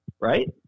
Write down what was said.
right